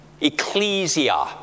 Ecclesia